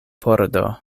pordo